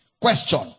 Question